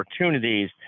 opportunities